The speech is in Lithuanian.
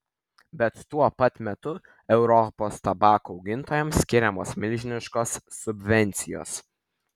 bet tuo pat metu europos tabako augintojams skiriamos milžiniškos subvencijos